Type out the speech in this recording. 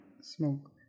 Smoke